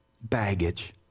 Baggage